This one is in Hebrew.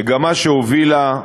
מגמה שהובילה,